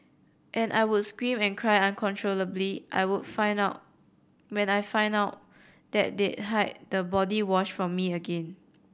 and I would scream and cry uncontrollably I would found out when I found out that they'd hid the body wash from me again